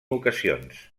ocasions